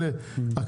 יפה, טוב מאוד.